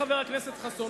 חבר הכנסת חסון,